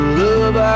love